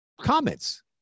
comments